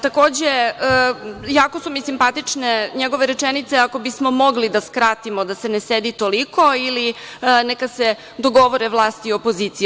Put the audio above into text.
Takođe, jako su mi simpatične njegove rečenice – ako bismo mogli da skratimo da se ne sedi toliko ili neka se dogovore vlast i opozicija.